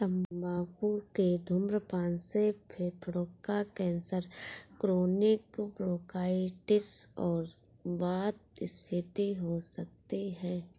तंबाकू के धूम्रपान से फेफड़ों का कैंसर, क्रोनिक ब्रोंकाइटिस और वातस्फीति हो सकती है